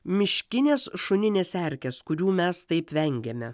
miškinės šuninės erkės kurių mes taip vengiame